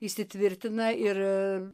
įsitvirtina ir